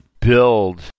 build